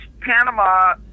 Panama